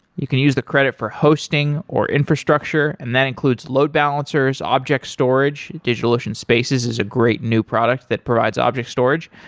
you can use the credit for hosting, or infrastructure, and that includes load balancers, object storage. digitalocean spaces is a great new product that provides object storage,